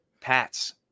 Pats